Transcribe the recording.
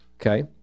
okay